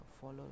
follow